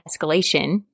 escalation –